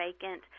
vacant